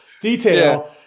detail